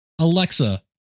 Alexa